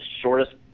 shortest